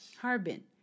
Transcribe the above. Harbin